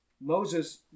Moses